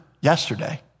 yesterday